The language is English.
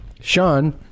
Sean